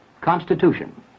Constitution